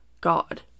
God